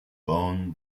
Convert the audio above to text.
bone